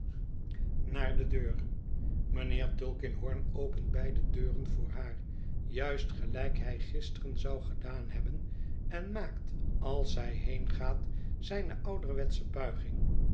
misschien de deur mijnheer tulkinghorn opent beide deuren voor haar juist gelijk hij gisteren zou gedaan hebben en maakt als zij heengaat zijne ouderwetsche buiging